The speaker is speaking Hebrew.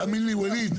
תאמין לי ווליד,